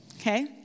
Okay